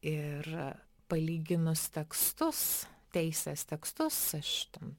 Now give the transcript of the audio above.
ir palyginus tekstus teisės tekstus aš ten